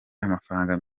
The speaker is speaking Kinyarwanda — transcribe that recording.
amafaranga